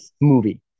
movie